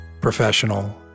professional